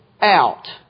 out